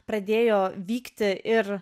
pradėjo vykti ir